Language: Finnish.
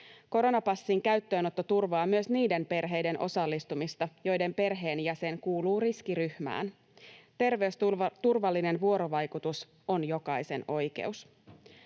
Koronapassin käyttöönotto turvaa myös niiden perheiden osallistumista, joiden perheenjäsen kuuluu riskiryhmään. Terveysturvallinen vuorovaikutus on jokaisen oikeus.